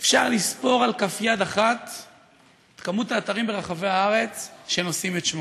אפשר לספור על כף יד אחת את מספר האתרים ברחבי הארץ שנושאים את שמו,